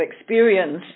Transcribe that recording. experience